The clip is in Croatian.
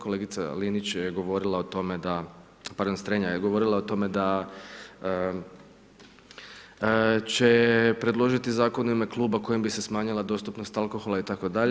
Kolega Linić je govorila, pardon Strenja je govorila o tome, da će predložiti zakon u ime kluba u kojoj bi se smanjila dostupnost alkohola itd.